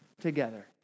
together